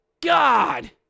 God